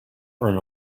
earn